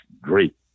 great